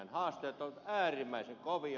haasteet ovat äärimmäisen kovia